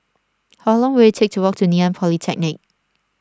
how long will it take to walk to Ngee Ann Polytechnic